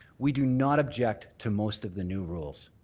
we do not object to most of the new rules.